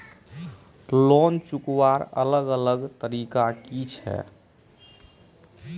ऋण चुकवार अलग अलग तरीका कि छे?